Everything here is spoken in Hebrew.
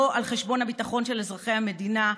לא על חשבון הביטחון של אזרחי המדינה,